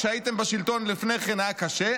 כשהייתם בשלטון לפני כן היה קשה.